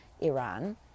Iran